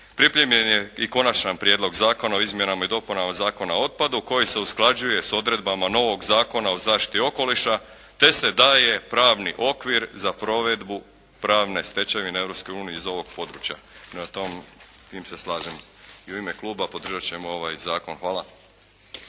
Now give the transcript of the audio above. Pripremljen je i Konačni prijedlog zakona o izmjenama i dopunama Zakona o otpadu koji se usklađuje s odredbama novog Zakona o zaštiti okoliša, te se daje pravni okvir za provedbu pravne stečevine Europske unije iz ovog područja. Prema tom, tim se slažem i u ime kluba podržat ćemo ovaj zakon. Hvala.